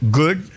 good